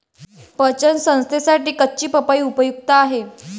पचन संस्थेसाठी कच्ची पपई उपयुक्त आहे